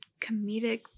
comedic